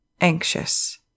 anxious